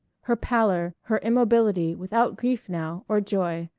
her pallor, her immobility, without grief now, or joy,